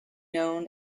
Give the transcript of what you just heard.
known